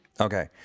Okay